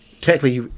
Technically